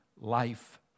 life